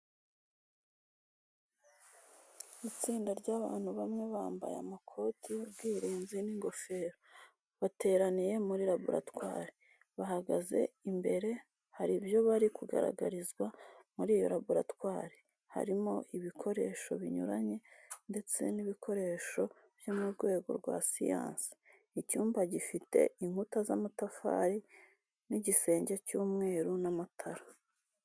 Itsinda ry'abantu bamwe bambaye amakoti y'ubwirinzi n'ingofero, bateraniye muri laboratwari. Bahagaze imbere hari ibyo bari kugaragarizwa, muri iyo laboratwari harimo ibikoresho binyuranye ndetse n'ibikoresho byo mu rwego rwa siyansi. Icyumba gifite inkuta z'amatafari n'igisenge cy'umweru n'amatara.